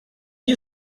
you